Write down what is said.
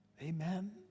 Amen